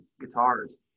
guitars